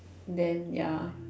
then ya